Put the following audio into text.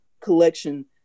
collection